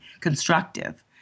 constructive